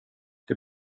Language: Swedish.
det